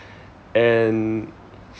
and